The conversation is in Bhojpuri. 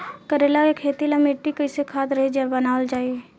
करेला के खेती ला मिट्टी कइसे खाद्य रहित बनावल जाई?